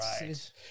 Right